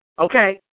Okay